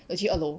我去二楼